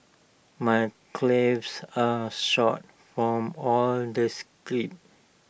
my are sore from all the sprints